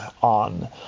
on